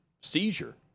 seizure